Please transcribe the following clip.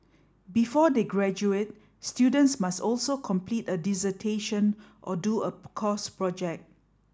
before they graduate students must also complete a dissertation or do a course project